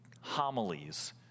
homilies